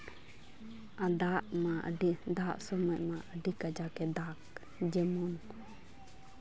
ᱟᱨ ᱫᱟᱜ ᱢᱟ ᱟᱹᱰᱤ ᱫᱟᱜ ᱥᱚᱢᱚᱭ ᱢᱟ ᱟᱹᱰᱤ ᱠᱟᱡᱟᱠᱮ ᱫᱟᱜ ᱡᱮᱢᱚᱱ